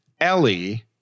Ellie